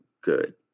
good